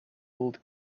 old